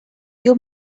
you